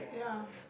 yeah